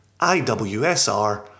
IWSR